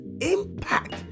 impact